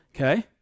Okay